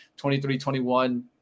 2321